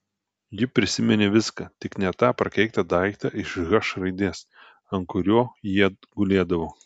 ji prisiminė viską tik ne tą prakeiktą daiktą iš h raidės ant kurio jie gulėdavo